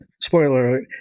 spoiler